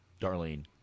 Darlene